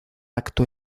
acto